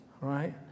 right